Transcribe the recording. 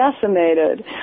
decimated